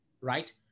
right